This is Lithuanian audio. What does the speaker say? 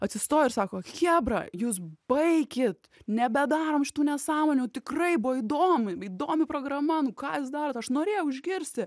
atsistojo ir sako chebra jūs baikit nebedarom šitų nesąmonių tikrai buvo įdomi įdomi programa ką jūs darot aš norėjau išgirsti